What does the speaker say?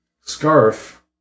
Scarf